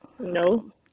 No